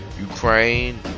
Ukraine